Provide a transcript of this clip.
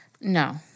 No